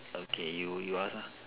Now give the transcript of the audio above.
okay you you ask lah